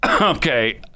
okay